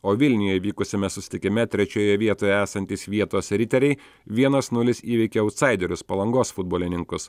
o vilniuje vykusiame susitikime trečioje vietoje esantys vietos riteriai vienas nulis įveikė autsaiderius palangos futbolininkus